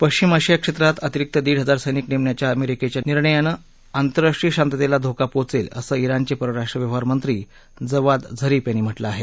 पश्चिम आशिया क्षेत्रात अतिरिक्त दीड हजार सैनिक नेमण्याच्या अमेरिकेच्या नि र्णयानं आंतरराष्ट्रीय शांततेला धोका पोचेल असं इराणचे परराष्ट्र व्यवहारमंत्री जवाद झरीफ यांनी म्हटलं आहे